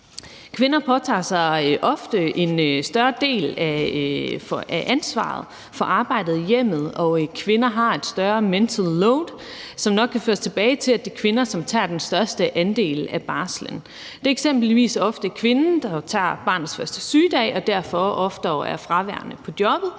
Kvinder påtager sig ofte en større del af ansvaret for arbejdet i hjemmet, og kvinder har større mental load, hvilket nok kan føres tilbage til, at det er kvinder, der tager den største andel af barslen. Det er eksempelvis ofte kvinden, der tager barnets første sygedag og derfor oftere er fraværende på jobbet,